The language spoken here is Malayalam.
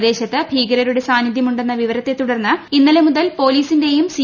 പ്രദേശത്ത് ഭീകരരുടെ സാന്നിധ്യമുണ്ടെന്ന വിവരത്തെ തുടർന്ന് ഇന്നലെ മുതൽ പൊലീസിന്റെയും സി